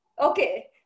Okay